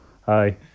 Hi